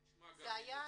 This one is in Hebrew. שזה יהיה אצלכם.